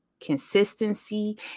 Consistency